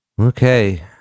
Okay